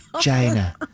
China